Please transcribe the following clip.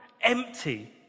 empty